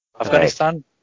Afghanistan